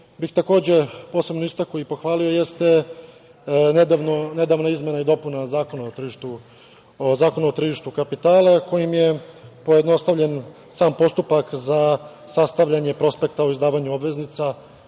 bih takođe posebno istakao i pohvalio jeste nedavna izmena i dopuna Zakona o tržištu kapitala kojim je pojednostavljen sam postupak za sastavljanje prospekta o izdavanju obveznica,